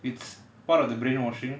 it's part of the brain washing